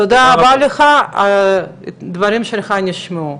תודה רבה לך, הדברים שלך נשמעו.